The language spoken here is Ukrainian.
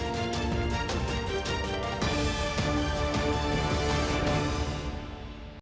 Дякую,